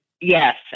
Yes